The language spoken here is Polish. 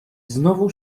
znowu